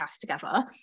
together